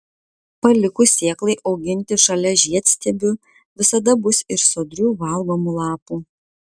palikus sėklai auginti šalia žiedstiebių visada bus ir sodrių valgomų lapų